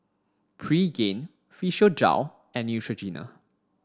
Pregain Physiogel and Neutrogena